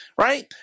Right